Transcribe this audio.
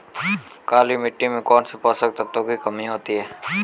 काली मिट्टी में कौनसे पोषक तत्वों की कमी होती है?